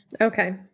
okay